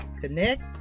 connect